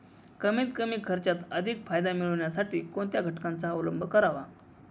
कमीत कमी खर्चात अधिक फायदा मिळविण्यासाठी कोणत्या घटकांचा अवलंब करावा?